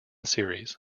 series